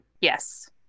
Yes